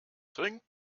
trinkt